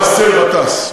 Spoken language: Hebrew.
באסל גטאס,